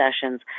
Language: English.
sessions